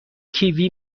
کیوی